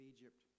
Egypt